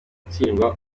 utsindwa